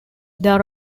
there